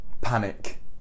panic